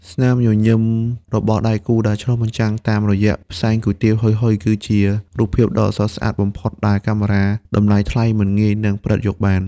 ស្នាមញញឹមរបស់ដៃគូដែលឆ្លុះបញ្ចាំងតាមរយៈផ្សែងគុយទាវហុយៗ គឺជារូបភាពដ៏ស្រស់ស្អាតបំផុតដែលកាមេរ៉ាតម្លៃថ្លៃមិនងាយនឹងផ្ដិតយកបាន។